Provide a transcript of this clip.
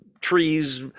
trees